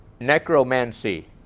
necromancy